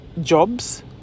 jobs